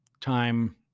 time